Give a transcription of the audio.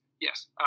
Yes